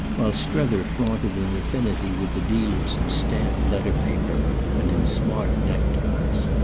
while strether flaunted an affinity with the dealers in stamped letter-paper and in smart neckties.